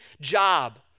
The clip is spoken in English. job